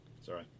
Sorry